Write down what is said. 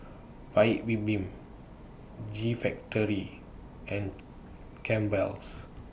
Paik's Bibim G Factory and Campbell's